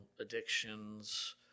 addictions